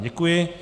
Děkuji.